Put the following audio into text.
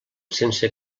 sense